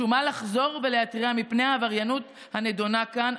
שומה לחזור ולהתריע מפני העבריינות הנדונה כאן,